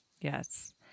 Yes